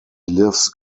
lives